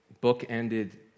book-ended